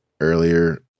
earlier